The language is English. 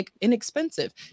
inexpensive